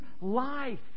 life